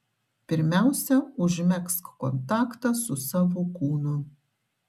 pirmiausia užmegzk kontaktą su savo kūnu